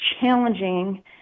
challenging